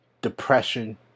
depression